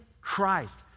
Christ